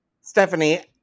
stephanie